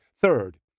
Third